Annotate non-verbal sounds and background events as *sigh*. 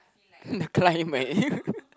*laughs* climate *laughs*